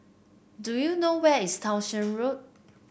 do you know where is Townshend Road